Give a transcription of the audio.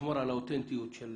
האותנטיות של